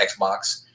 xbox